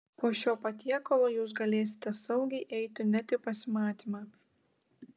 po šio patiekalo jūs galėsite saugiai eiti net į pasimatymą